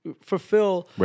fulfill